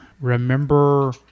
remember